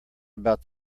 about